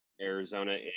Arizona